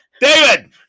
David